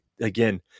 again